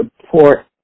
support